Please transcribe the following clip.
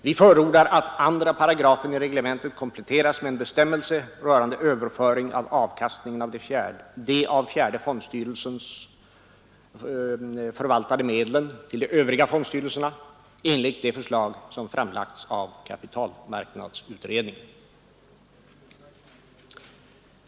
Vi förordar att andra paragrafen i reglementet kompletteras med en bestämmelse rörande överföring av avkastningen av de av fjärde fondstyrelsen förvaltade medlen till de övriga fondstyrelserna enligt de förslag som framlagts av kapitalmarknadsutredningen.